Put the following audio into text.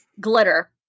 Glitter